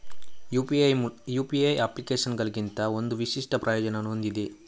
UPI ಅಪ್ಲಿಕೇಶನುಗಳಿಗಿಂತ ಒಂದು ವಿಶಿಷ್ಟ ಪ್ರಯೋಜನವನ್ನು ಹೊಂದಿದೆ